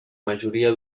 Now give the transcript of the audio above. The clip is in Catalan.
majoria